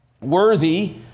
worthy